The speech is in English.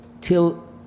Till